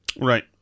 Right